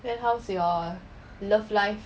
then how's your love life